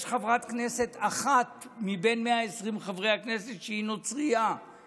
יש חברת כנסת אחת מבין 120 חברי הכנסת שהיא נוצרייה,